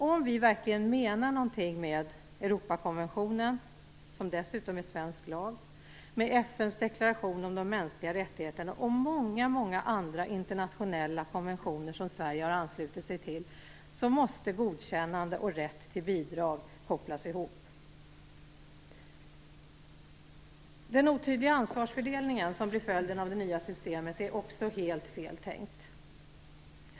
Om vi verkligen menar något med Europakonventionen, som dessutom är svensk lag, med FN:s deklaration om de mänskliga rättigheterna och med många andra internationella konventioner som Sverige har anslutit sig till så måste godkännande och rätt till bidrag kopplas ihop. Den otydliga ansvarsfördelningen som blir följden av det nya systemet är också helt fel tänkt.